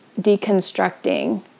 deconstructing